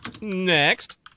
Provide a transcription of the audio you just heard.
Next